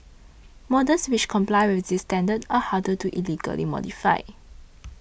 models which comply with this standard are harder to illegally modify